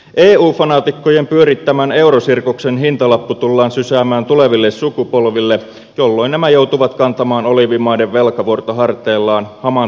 eu fanaatikkojen pyörittämän eurosirkuksen hintalappu tullaan sysäämään tuleville sukupolville jolloin nämä joutuvat kantamaan oliivimaiden velkavuorta harteillaan hamaan tulevaisuuteen saakka